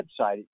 website